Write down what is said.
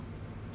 this year